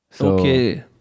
Okay